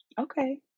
Okay